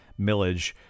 millage